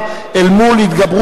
כאלה או אחרים,